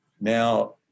Now